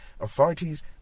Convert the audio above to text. Authorities